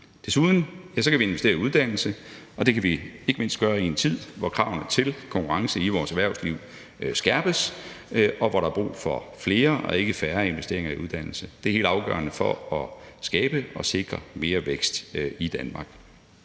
Desuden kan vi investere i uddannelse, og det kan vi ikke mindst gøre i en tid, hvor kravene til konkurrence i vores erhvervsliv skærpes, og hvor der er brug for flere og ikke færre investeringer i uddannelse. Det er helt afgørende for at skabe og sikre mere vækst i Danmark.